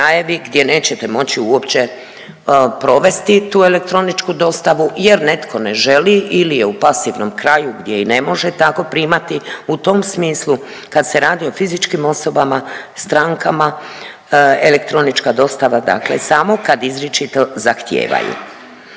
gdje nećete moći uopće provesti tu elektroničku dostavu jer netko ne želi ili je u pasivnom kraju gdje i ne može tako primati. U tom smislu kad se radi o fizičkim osobama, strankama elektronička dostava, dakle samo kad izričito zahtijevaju.